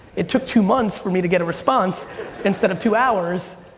it took two months for me to get a response instead of two hours,